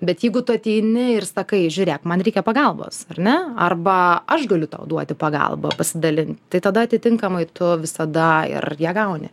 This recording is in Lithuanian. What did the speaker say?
bet jeigu tu ateini ir sakai žiūrėk man reikia pagalbos ar ne arba aš galiu tau duoti pagalbą pasidalinti tai tada atitinkamai tu visada ir ją gauni